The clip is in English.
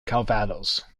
calvados